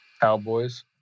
Cowboys